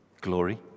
glory